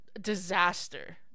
disaster